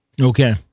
Okay